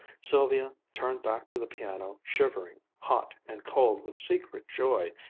sylvia turned back to the piano shivering, hot and cold with secret joy.